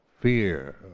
fear